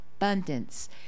abundance